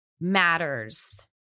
Matters